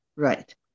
Right